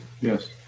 Yes